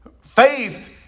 Faith